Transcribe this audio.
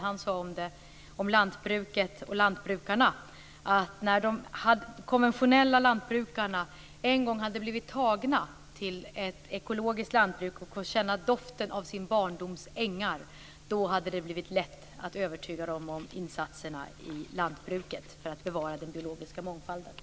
Han sade om lantbruket och lantbrukarna att när de konventionella lantbrukarna en gång hade blivit tagna till ett ekologiskt lantbruk och fått känna doften av sin barndoms ängar hade det blivit lätt att övertyga dem om insatserna i lantbruket för att bevara den biologiska mångfalden.